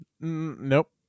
Nope